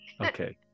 Okay